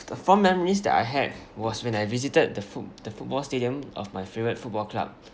the fond memories that I had was when I visited the foot the football stadium of my favourite football club